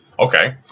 Okay